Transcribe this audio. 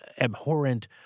abhorrent